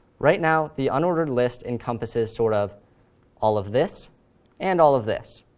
right now, the unordered list encompasses sort of all of this and all of this.